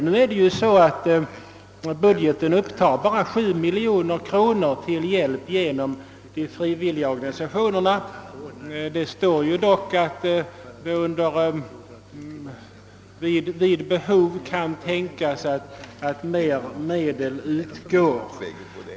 Årets statsbudget upptar emellertid endast 7 miljoner kronor till hjälp genom frivilligorganisationerna. Det anges dock att vid behov kan ytterligare medel utgå.